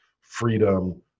freedom